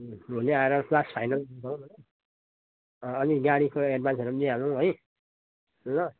भोलि आएर last final गरौँ न अनि गाडीको एड्भान्सहरू पनि दिइहालौँ है ल